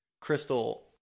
Crystal